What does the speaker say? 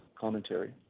commentary